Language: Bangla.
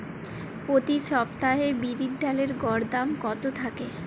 প্রতি সপ্তাহে বিরির ডালের গড় দাম কত থাকে?